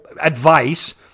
advice